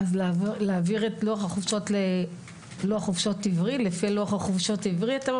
אתה ממליץ להעביר את לוח החופשות לפי לוח החופשות העברי?